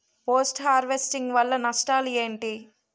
Post harvesting వల్ల నష్టాలు ఏంటి?